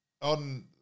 on